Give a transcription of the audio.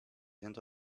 into